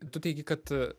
tu teigi kad